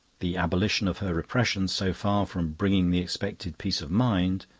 the abolition of her repressions, so far from bringing the expected peace of mind,